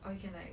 or you can like